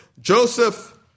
Joseph